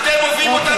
התרגלנו.